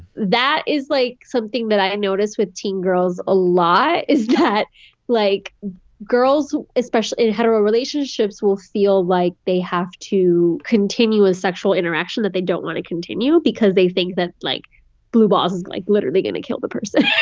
that is like something that i noticed with teen girls. a lie. is that like girls, especially in hetero relationships, will feel like they have to continuous sexual interaction that they don't want to continue because they think that like bluebottles is like literally going to kill the person,